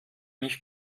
nicht